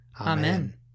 Amen